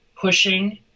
pushing